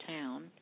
town